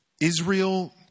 Israel